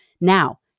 Now